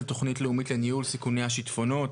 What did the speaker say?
תוכנית לאומית לניהול סיכוני השיטפונות,